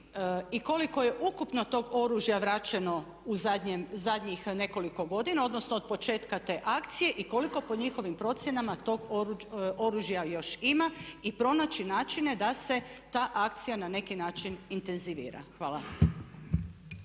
i koliko je ukupno tog oružja vraćeno u zadnjih nekoliko godina odnosno od početka te akcije i koliko po njihovim procjenama tog oružja još ima. I pronaći načine da se ta akcija na neki način intenzivira. Hvala.